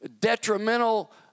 detrimental